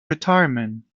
retirement